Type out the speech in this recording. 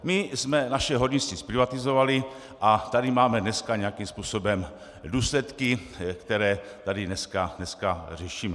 My jsme naše hornictví zprivatizovali a tady máme dneska nějakým způsobem důsledky, které tady dneska řešíme.